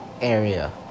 area